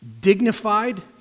dignified